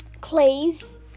clay's